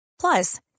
Plus